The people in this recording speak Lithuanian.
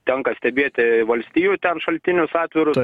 tenka stebėti valstijų ten šaltinius atvirus